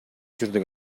жүрдүк